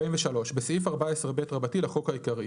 "43.בסעיף 14ב לחוק העיקרי,